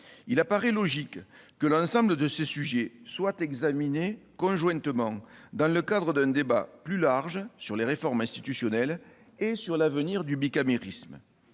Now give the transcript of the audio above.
il apparaît logique que l'ensemble de ces sujets soient examinés conjointement, dans le cadre d'un débat plus large sur les réformes institutionnelles et l'avenir du bicamérisme.